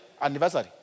anniversary